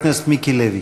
חבר הכנסת מיקי לוי.